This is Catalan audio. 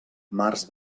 març